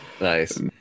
nice